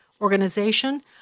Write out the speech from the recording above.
Organization